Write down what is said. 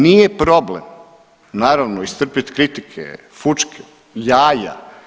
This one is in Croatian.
Nije problem naravno istrpit kritike, fučke, jaja.